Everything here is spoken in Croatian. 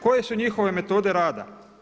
Koje su njihove metode rada?